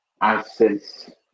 access